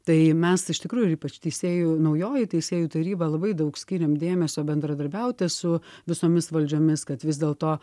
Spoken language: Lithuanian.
tai mes iš tikrųjų ir ypač teisėjų naujoji teisėjų taryba labai daug skiriam dėmesio bendradarbiauti su visomis valdžiomis kad vis dėlto